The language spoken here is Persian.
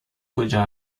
کجا